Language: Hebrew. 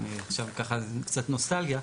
עכשיו ככה קצת נוסטלגיה.